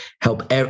help